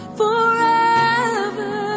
forever